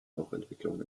rauchentwicklung